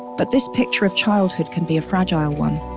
but this picture of childhood can be a fragile one.